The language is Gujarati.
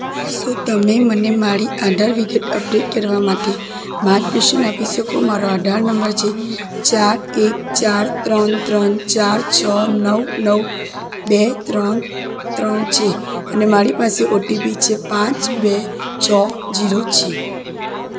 શું તમે મને મારી આધાર વિગત અપડેટ કરવા માટે માર્ગદર્શન આપી શકો મારો આધાર નંબર છે ચાર એક ચાર ત્રણ ત્રણ ચાર છ નવ નવ બે ત્રણ ત્રણ છે અને મારી પાસે ઓટીપી છે પાંચ બે છ જીરો છે